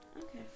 Okay